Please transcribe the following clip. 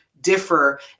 differ